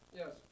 yes